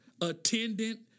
attendant